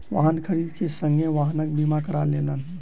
वाहन खरीद के संगे वाहनक बीमा करा लेलैन